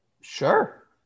Sure